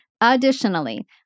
Additionally